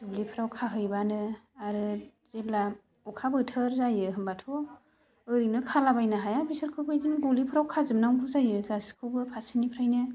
दुब्लिफोराव खाहैबानो आरो जेब्ला अखा बोथोर जायो होनब्लाथ' ओरैनो खालाबायनो हाया बिसोरखौ बिदिनो गलिफोराव खाजोबनांगौ जायो गासैखौबो फारसेनिफ्रायनो